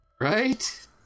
Right